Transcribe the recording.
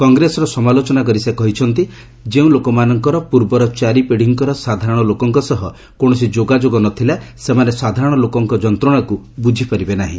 କଂଗ୍ରେସର ସମାଲୋଚନା କରି ସେ କହିଛନ୍ତି ଯେଉଁ ଲୋକମାନଙ୍କର ପୂର୍ବର ଚାରି ପୀଡିଙ୍କର ସାଧାରଣ ଲୋକଙ୍କ ସହ କୌଣସି ଯୋଗାଯୋଗ ନ ଥିଲା ସେମାନେ ସାଧାରଣ ଲୋକଙ୍କ ଯନ୍ତ୍ରଣାକୁ ବୁଝିପାରିବେ ନାହିଁ